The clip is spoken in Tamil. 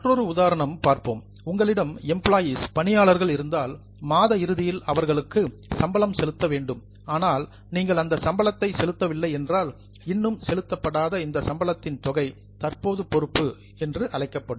மற்றொரு உதாரணம் பார்ப்போம் உங்களிடம் எம்ப்ளாயிஸ் பணியாளர்கள் இருந்தால் மாத இறுதியில் அவர்களுக்கு சேலரி சம்பளம் செலுத்த வேண்டும் ஆனால் நீங்கள் அந்த சம்பளத்தை செலுத்தவில்லை என்றால் இன்னும் செலுத்தப்படாத இந்த சம்பளத்தின் தொகை தற்போது பொறுப்பு என்று அழைக்கப்படும்